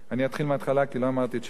אני אתחיל מההתחלה כי לא אמרתי את שם ה':